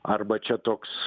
arba čia toks